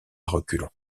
reculons